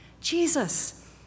Jesus